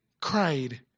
cried